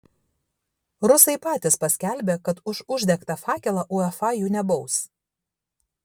rusai patys paskelbė kad už uždegtą fakelą uefa jų nebaus